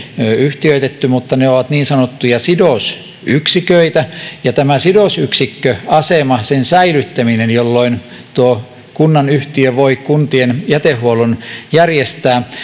yhtiöitetty mutta ne ovat niin sanottuja sidosyksiköitä ja tämän sidosyksikköaseman säilyttäminen jolloin kunnan yhtiö voi kuntien jätehuollon järjestää